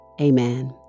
Amen